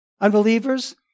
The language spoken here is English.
Unbelievers